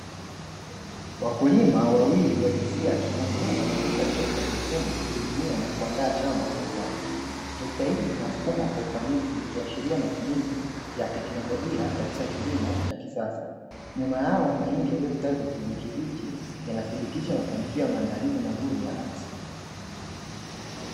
Wakulima wawili wa jinsia ya kiume wanaendesha trekta jekundu kulimia na kuandaa shamba kwa ustadi, trekta hili linasukumwa kwa ufanisi ikiashiria matumizi ya teknolojia katika kilimo cha kisasa, nyuma yao mahindi yaliyostawi kwa kijani kibichi yanathibitisha mafanikio ya maandalizi mazuri ya ardhi.